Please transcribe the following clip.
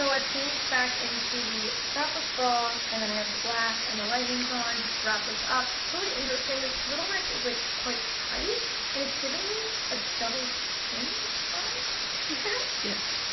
so i've changed back into the strapless bra and then i have the black and the leggings on just to wrap this up. it's really interesting. this turtleneck is like quite tight and it's giving me a double chin vibe see that? yes.